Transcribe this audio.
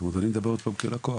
אני מדבר כלקוח,